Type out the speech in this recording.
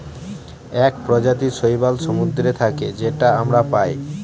এক প্রজাতির শৈবাল সমুদ্রে থাকে যেটা আমরা পায়